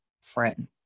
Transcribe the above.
friend